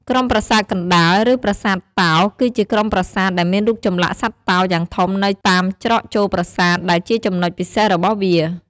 ក្រុមប្រាសាទកណ្ដាល ឬប្រាសាទតោ គឺជាក្រុមប្រាសាទដែលមានរូបចម្លាក់សត្វតោយ៉ាងធំនៅតាមច្រកចូលប្រាសាទ ដែលជាចំណុចពិសេសរបស់វា។